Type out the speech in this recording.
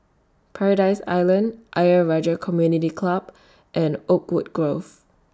Paradise Island Ayer Rajah Community Club and Oakwood Grove